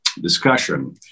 discussion